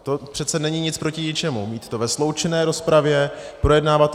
To přece není nic proti ničemu mít to ve sloučené rozpravě, projednávat to.